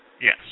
Yes